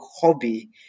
hobby